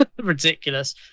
ridiculous